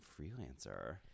freelancer